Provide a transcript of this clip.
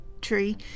tree